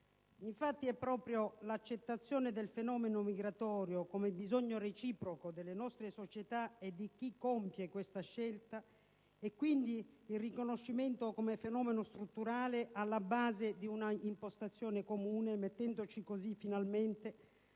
Infatti, è proprio l'accettazione del fenomeno migratorio come bisogno reciproco delle nostre società e di chi compie questa scelta (e quindi il riconoscimento come fenomeno strutturale) alla base di un'impostazione comune, mettendoci così finalmente